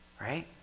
right